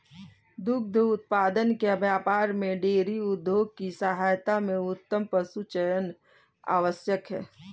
दुग्ध उत्पादन के व्यापार में डेयरी उद्योग की सफलता में उत्तम पशुचयन आवश्यक है